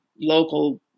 local